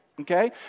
Okay